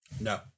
No